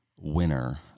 winner